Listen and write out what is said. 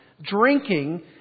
drinking